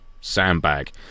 sandbag